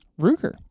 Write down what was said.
Ruger